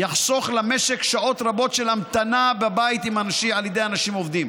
יחסוך למשק שעות רבות של המתנה בבית של אנשים עובדים.